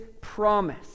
promise